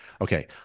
Okay